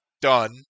done